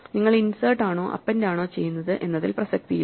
നിങ്ങൾ ഇൻസെർട്ട് ആണോ അപ്പെൻഡ് ആണോ ചെയ്യുന്നത് എന്നതിൽ പ്രസക്തിയില്ല